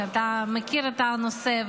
אתה מכיר את הנושא,